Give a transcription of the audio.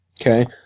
Okay